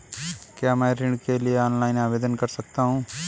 क्या मैं ऋण के लिए ऑनलाइन आवेदन कर सकता हूँ?